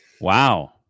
Wow